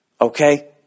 Okay